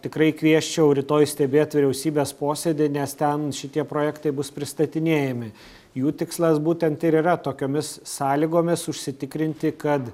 tikrai kviesčiau rytoj stebėt vyriausybės posėdį nes ten šitie projektai bus pristatinėjami jų tikslas būtent ir yra tokiomis sąlygomis užsitikrinti kad